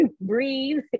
breathe